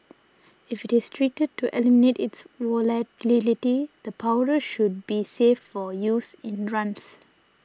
if it is treated to eliminate its volatility the powder should be safe for use in runs